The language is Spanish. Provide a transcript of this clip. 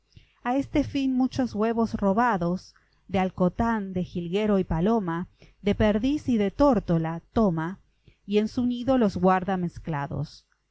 a este fin muchos huevos robados de alcotán de jilguero y paloma de perdiz y de tórtola toma y en su nido los guarda mezclados